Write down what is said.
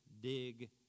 dig